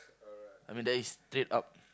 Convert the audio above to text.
I mean that is straight up